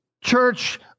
church